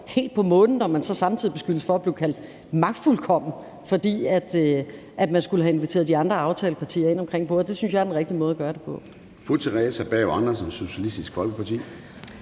helt på månen, når man så samtidig beskyldes for at være magtfuldkommen, fordi man skulle have inviteret de andre aftalepartier ind omkring bordet. Det synes jeg er den rigtige måde at gøre det på.